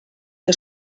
que